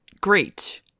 great